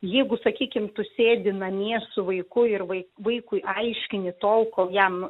jeigu sakykime tu sėdi namie su vaiku ir vaikui aiškini tol kol jam